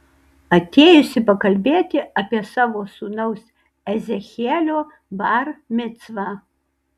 atėjusi pakalbėti apie savo sūnaus ezechielio bar micvą